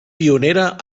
pionera